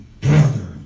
brother